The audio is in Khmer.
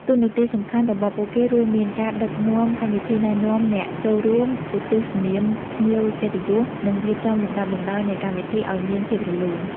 តួនាទីសំខាន់របស់ពួកគេរួមមានការដឹកនាំកម្មវិធី ណែនាំអ្នកចូលរួម ឧទ្ទិសនាមភ្ញៀវកិត្តិយស និងរៀបចំលំដាប់លំដោយនៃកម្មវិធីឱ្យមានភាពរលូន។